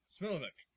Smilovic